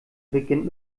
beginnt